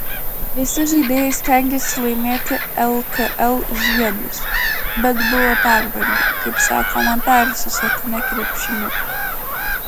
visi žaidėjai stengėsi laimėti lkl žiedus bet buvo pervargę kaip sakoma persisotinę krepšiniu